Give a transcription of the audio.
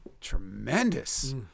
tremendous